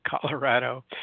Colorado